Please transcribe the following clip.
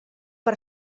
per